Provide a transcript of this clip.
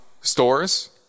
stores